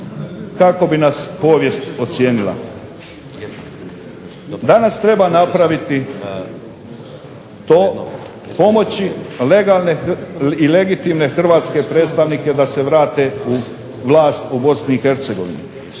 Kako bi nas povijest ocijenila? Danas treba napraviti to, pomoći legalne i legitimne hrvatske predstavnike da se vrate u vlast u BiH.